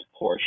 Porsche